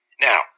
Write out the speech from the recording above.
Now